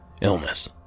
illness